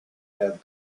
have